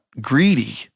greedy